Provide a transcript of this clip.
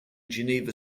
geneva